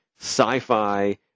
sci-fi